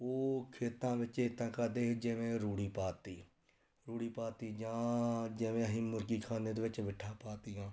ਉਹ ਖੇਤਾਂ ਵਿੱਚ ਐਦਾਂ ਕਰਦੇ ਸੀ ਜਿਵੇਂ ਰੂੜੀ ਪਾਤੀ ਰੂੜੀ ਪਾਤੀ ਜਾਂ ਜਿਵੇਂ ਅਸੀਂ ਮੁਰਗੀਖਾਨੇ ਦੇ ਵਿੱਚ ਬਿੱਠਾਂ ਪਾਤੀਆਂ